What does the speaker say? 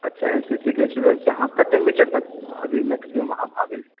अच्छा एनसीसी के स्टूडेन्ट छियै अहाँ कते मीटर तक अभी मैक्सिमम अहाँ भागल छियै